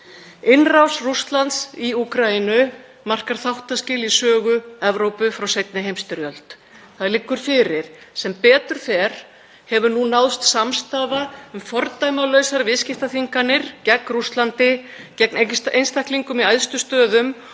Innrás Rússlands í Úkraínu markar þáttaskil í sögu Evrópu frá seinni heimsstyrjöld. Það liggur fyrir. Sem betur fer hefur nú náðst samstaða um fordæmalausar viðskiptaþvinganir gegn Rússlandi, gegn einstaklingum í æðstu stöðum